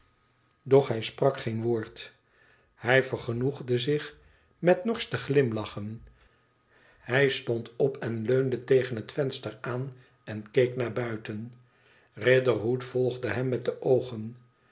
doch hij sprak geen woord hij vergenoegde zich met norsch te glimlachen hij stond op en leunde tegen het venster aan en keek naar buiten riderhood volgde hem met de oogen